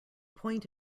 point